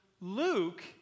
Luke